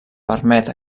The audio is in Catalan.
permet